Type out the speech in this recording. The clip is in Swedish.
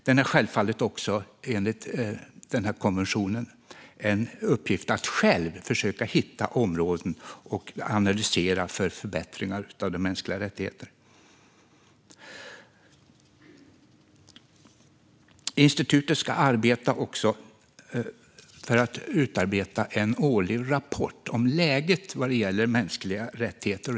Det har självfallet också enligt konventionen i uppgift att självt försöka hitta områden att analysera för förbättringar av de mänskliga rättigheterna. Institutet ska också utarbeta en årlig rapport om läget vad gäller mänskliga rättigheter.